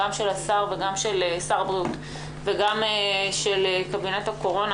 גם של שר הבריאות וגם של קבינט הקורונה,